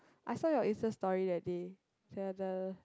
I saw your Insta story that day the the